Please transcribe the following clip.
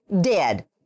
dead